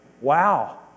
Wow